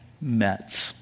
met